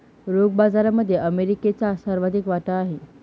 रोखे बाजारामध्ये अमेरिकेचा सर्वाधिक वाटा आहे